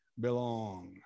belong